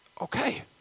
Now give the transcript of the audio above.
Okay